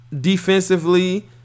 Defensively